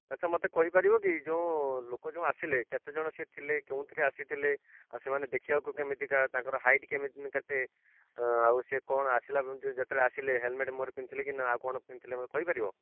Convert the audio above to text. ଆଚ୍ଛା ମୋତେ କହିପାରିବ କି ଯେଉଁଲୋକ ଯେଉଁ ଆସିଲେ କେତେଜଣ ସିଏ ଥିଲେ କେଉଁଥିରେ ଆସିଥିଲେ ଆଉ ସେମାନେ ଦେଖିବାକୁ କେମିତିକା ତାଙ୍କର ହାଇଟ୍ କେମିତି କେତେ ଅ ଆଉ ସେ କ'ଣ ଆସିଲା ଯେତେବେଳେ ଆସିଲେ ହେଲମେଟ୍ ମୁହଁରେ ପିନ୍ଧିଥିଲେ କି ନା ଆଉ କ'ଣ ପିନ୍ଧିଥିଲେ ମୋତେ କହିପାରିବ